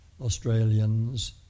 Australians